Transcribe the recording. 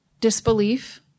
disbelief